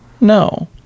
No